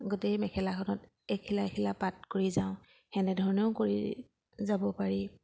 গোটেই মেখেলাখনত এখিলা এখিলা পাত কৰি যাওঁ তেনেধৰণেও কৰি যাব পাৰি